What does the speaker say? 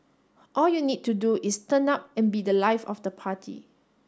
all you need to do is turn up and be The Life of the party